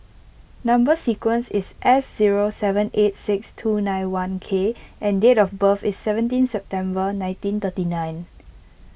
Number Sequence is S zero seven eight six two nine one K and date of birth is seventeen September nineteen thirty nine